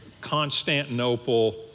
Constantinople